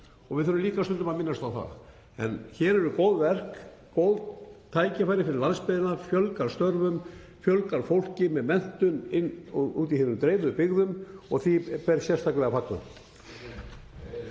við þurfum líka stundum að minnast á þetta. En hér eru góð verk og góð tækifæri fyrir landsbyggðina, þetta fjölgar störfum, fjölgar fólki með menntun í hinum dreifðu byggðum og því ber sérstaklega að